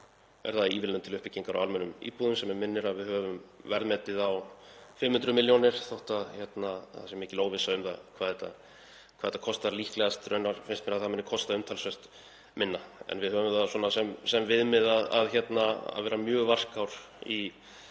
er það ívilnun til uppbyggingar á almennum íbúðum sem mig minnir að við höfum verðmetið á 500 millj. kr. þótt það sé mikil óvissa um það hvað þetta kostar. Raunar finnst mér líklegast að það muni kosta umtalsvert minna, en við höfðum það sem viðmið að vera mjög varkár í